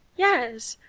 yes,